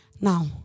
Now